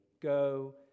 Go